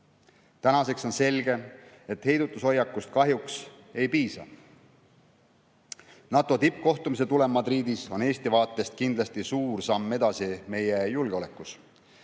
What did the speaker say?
Tänaseks on selge, et heidutushoiakust kahjuks ei piisa. NATO tippkohtumise tulem Madridis on Eesti vaatest kindlasti suur samm edasi meie julgeolekus.